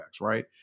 right